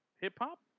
hip-hop